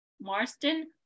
Marston